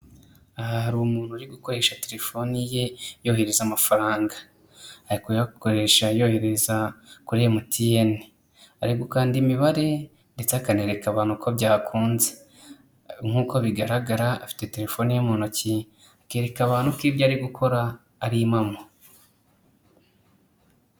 Aha hari umuntu uri gukoresha telephoni ye yohereza amafaranga, ari kuyakoresha ayohereza kuri MTN, ari gukanda imibare ndetse akanereka abantu uko byakunze, nk'uko bigaragara afite telephone ye mu ntoki akereka abantu ko ibyo ari gukora ari impamo.